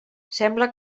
sembla